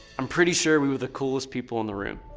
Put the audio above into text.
i'm pretty sure we were the coolest people in the room.